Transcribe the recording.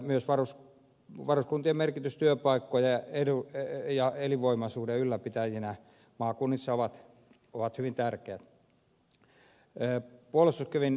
myös varuskuntien merkitys työpaikkojen ja elinvoimaisuuden ylläpitäjinä maakunnissa on hyvin tärkeä